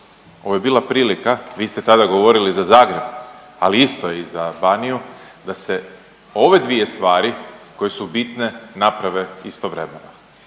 Ovo je bila prilika, vi ste tada govorili za Zagreb, ali isto je i za Baniju da se ove dvije stvari koje su bitne naprave istovremeno.